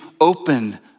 open